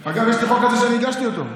עגבנייה, אגב, יש לי חוק כזה שאני הגשתי אותו.